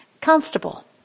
Constable